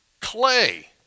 Clay